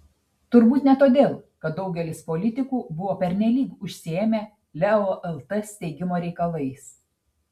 turbūt ne todėl kad daugelis politikų buvo pernelyg užsiėmę leo lt steigimo reikalais